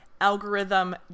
algorithm